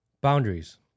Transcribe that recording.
Boundaries